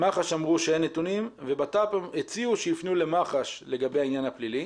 מח"ש אמרו שאין נתונים ובט"פ הציעו שיפנו למח"ש לגבי העניין הפלילי